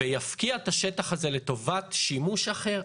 ויפקיע את השטח הזה לטובת שימוש אחר?